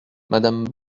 madame